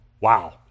wow